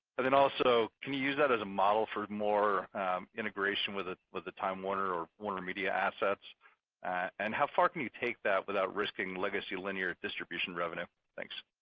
and then also, can you use that as a model for more integration with with the time warner or warnermedia assets and how far can you take that without risking legacy linear distribution revenue? thanks.